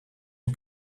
een